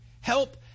Help